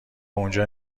اونجا